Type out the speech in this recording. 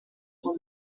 were